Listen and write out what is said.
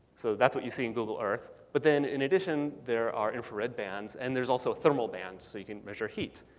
so that's what you see in google earth. but then in addition there are infrared bands. and there's also thermal bands. so you can measure heat.